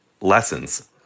lessons